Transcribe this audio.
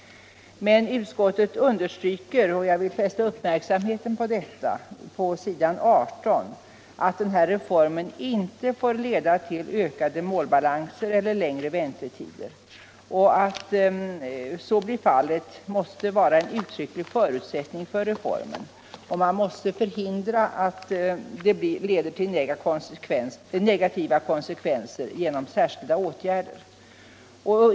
Men utskottet understryker på s. 18, och jag vill fästa uppmärksamheten på detta, att den här reformen inte får leda till ökade målbalanser eller längre väntetider, och att så inte blir fallet måste vara ett uttrycklig förutsättning för reformen. Man måste genom särskilda åtgärder förhindra att reformen får negativa konsekvenser.